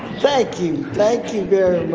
thank you. thank you very